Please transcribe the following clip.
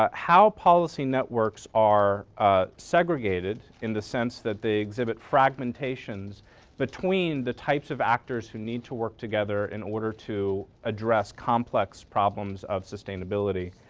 ah how policy networks are ah segregated in the sense that they exhibit fragmentations between the types of actors who need to work together in order to address complex problems of sustainability.